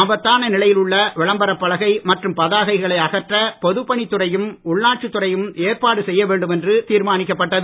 ஆபத்தான நிலையில் உள்ள விளம்பரப் பலகை மற்றும் பதாகைகளை அகற்ற பொதுப் பணித் துறையும் உள்ளாட்சித் துறையும் ஏற்பாடு செய்ய வேண்டும் என்று தீர்மானிக்கப்பட்டது